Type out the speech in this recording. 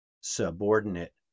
subordinate